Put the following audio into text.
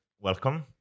Welcome